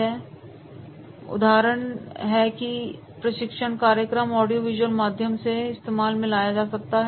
सोइए उदाहरण है कि कैसे प्रशिक्षण कार्यक्रम ऑडियोवीजुअल माध्यम से इस्तेमाल में लाया जा सकता है